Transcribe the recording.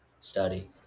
study